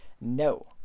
No